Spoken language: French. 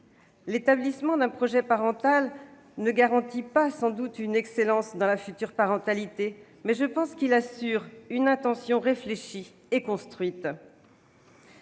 L'établissement d'un projet parental ne garantit sans doute pas une excellence dans la future parentalité, mais il assure, je le crois, une intention réfléchie et construite.